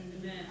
Amen